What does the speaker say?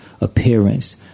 appearance